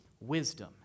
wisdom